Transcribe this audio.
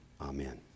amen